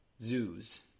zoos